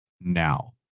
now